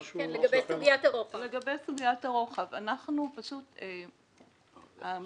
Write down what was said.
לגבי סוגיית הרוחב המדיניות שלנו,